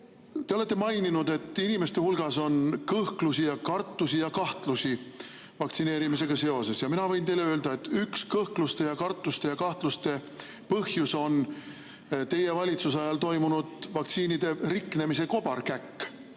Te olete maininud, et inimestel on kõhklusi ja kartusi ja kahtlusi vaktsineerimisega seoses. Mina võin teile öelda, et üks kõhkluste ja kartuste ja kahtluste põhjus on teie valitsuse ajal aset leidnud vaktsiinide riknemise kobarkäkk.